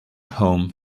home